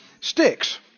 sticks